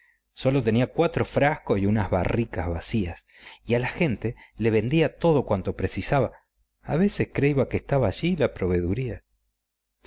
sólo tenía cuatro frascos y unas barricas vacías y a la gente le vendía todo cuanto precisaba algunos creiban que estaba allí la proveduría